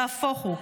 נהפוך הוא,